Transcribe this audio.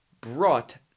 brought